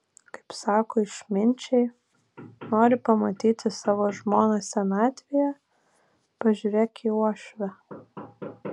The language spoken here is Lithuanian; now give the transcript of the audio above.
kaip sako išminčiai nori pamatyti savo žmoną senatvėje pažiūrėk į uošvę